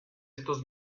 estos